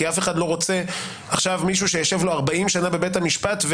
כי אף אחד לא רוצה עכשיו מישהו שישב לו 40 שנה בבית המשפט,